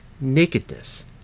nakedness